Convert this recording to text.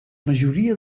majoria